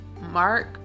Mark